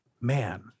man